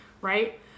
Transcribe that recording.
right